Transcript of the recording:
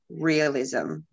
realism